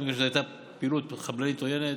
בגלל שזו הייתה פעילות חבלנית עוינת,